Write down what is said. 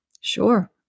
Sure